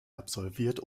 absolviert